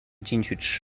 进去